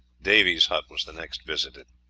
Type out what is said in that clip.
davy's hut was the next visited.